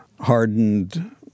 hardened